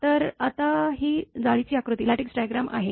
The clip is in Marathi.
तर आता ही जाळीची आकृती आहे